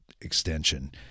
extension